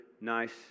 nice